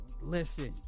listen